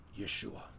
Yeshua